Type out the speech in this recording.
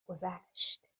گذشت